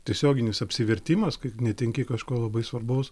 tiesioginis apsivertimas kai netenki kažko labai svarbaus